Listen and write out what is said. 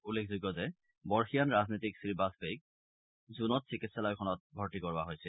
উল্লেখযোগ্য যে বৰ্ষীয়ান ৰাজনীতিক শ্ৰীবাজপেয়ীক জুনত চিকিৎসালয়খনত ভৰ্তি কৰোৱা হৈছিল